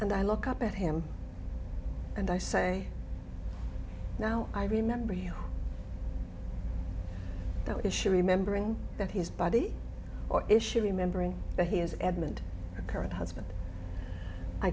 and i look up at him and i say now i remember you know is she remembering that he's body or issue remembering that he is edmund current husband i